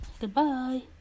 Goodbye